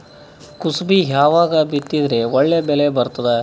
ಕುಸಬಿ ಯಾವಾಗ ಬಿತ್ತಿದರ ಒಳ್ಳೆ ಬೆಲೆ ಬರತದ?